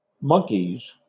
monkeys